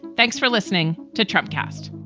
thanks for listening to trump cast